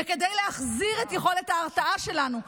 וכדי להחזיר את יכולת ההרתעה שלנו,